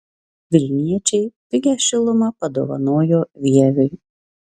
vilniečiai pigią šilumą padovanojo vieviui